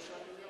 3 מיליארד שקל.